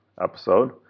episode